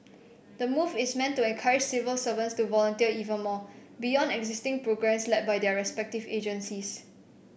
the move is meant to encourage civil servants to volunteer even more beyond existing programmes led by their respective agencies